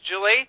Julie